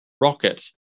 rocket